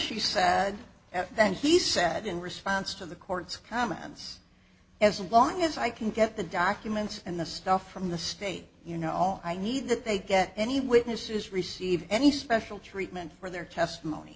said and then he said in response to the court's comments as long as i can get the documents and the stuff from the state you know i need that they get any witnesses receive any special treatment for their testimony